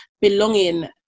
belonging